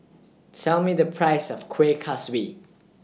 Tell Me The Price of Kueh Kaswi